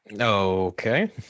Okay